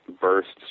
bursts